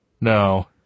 no